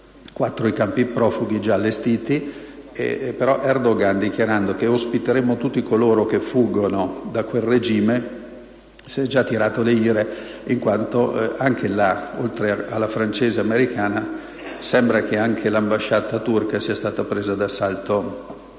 quattro sono i campi profughi già allestiti (però Erdogan, dichiarando: «Ospiteremo tutti coloro che fuggono da quel regime», si è già attirato le ire, in quanto, oltre a quella francese e a quella americana, sembra che anche l'ambasciata turca sia stata presa d'assalto